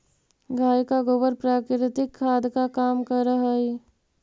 गाय का गोबर प्राकृतिक खाद का काम करअ हई